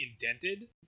indented